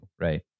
right